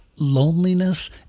Loneliness